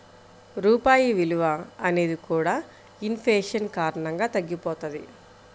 రూపాయి విలువ అనేది కూడా ఇన్ ఫేషన్ కారణంగా తగ్గిపోతది